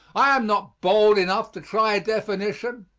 i am not bold enough to try a definition.